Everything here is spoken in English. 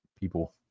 people